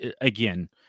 again